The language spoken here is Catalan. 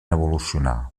evolucionar